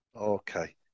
Okay